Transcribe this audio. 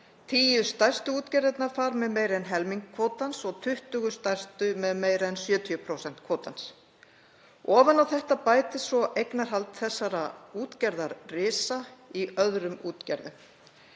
Tíu stærstu útgerðirnar fara með meira en helming kvótans og 20 stærstu með meira en 70% kvótans. Ofan á þetta bætist svo eignarhald þessara útgerðarisa í öðrum útgerðum.